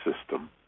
system